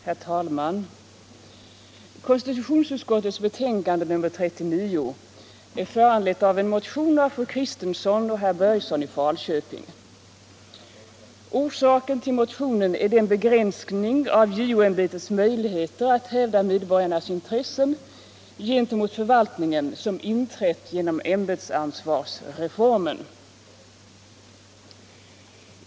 Herr talman! Konstitutionsutskottets betänkande nr 39 är föranlett av en motion av fru Kristensson och herr Börjesson i Falköping. Orsaken till motionen är den begränsning av JO-ämbetets möjligheter att hävda medborgarnas intressen gentemot förvaltningen som inträtt genom ämbetsansvarsreformen.